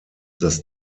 das